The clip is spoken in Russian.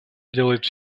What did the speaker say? делает